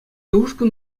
ушкӑн